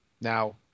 Now